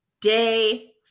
day